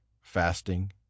fasting